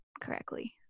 correctly